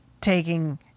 taking